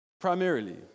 Primarily